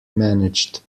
managed